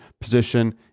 position